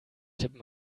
tippen